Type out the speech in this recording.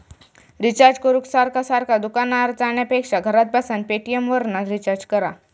recharge करूक सारखा सारखा दुकानार जाण्यापेक्षा घरात बसान पेटीएमवरना रिचार्ज कर